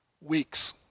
weeks